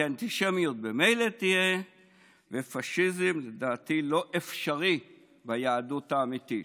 כי אנטישמיות ממילא תהיה ופשיזם לדעתי לא אפשרי ביהדות האמיתית.